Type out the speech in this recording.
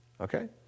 Okay